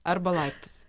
arba laiptus